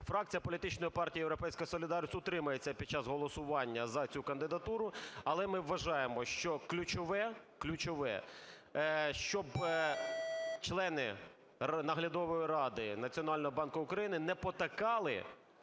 фракція політичної партії "Європейської солідарності" утримається під час голосування за цю кандидатуру. Але ми вважаємо, що ключове, щоб члени Наглядової ради Національного банку України не потакали